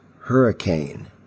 Hurricane